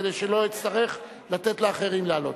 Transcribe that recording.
כדי שלא אצטרך לתת לאחרים לעלות.